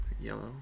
Yellow